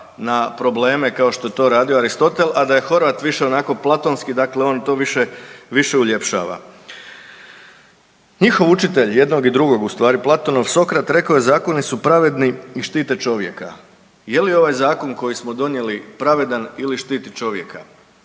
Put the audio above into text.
na probleme kao što je to radio Aristotel, a da je Horvat više onako platonski, dakle on to više, više uljepšava. Njihov učitelj jednog i drugog u stvari Platonov Sokrat rekao je zakoni su pravedni i štite čovjeka. Je li ovaj zakon koji smo donijeli pravedan ili štit čovjeka.